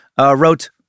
wrote